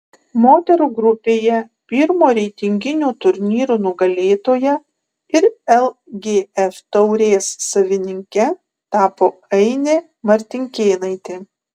moterų grupėje pirmo reitinginio turnyro nugalėtoja ir lgf taurės savininke tapo ainė martinkėnaitė